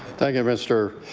thank you, mr.